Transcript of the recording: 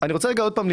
אני רוצה להתחדד.